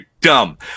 dumb